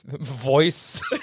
voice